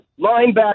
linebacker